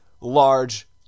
large